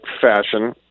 fashion